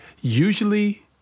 Usually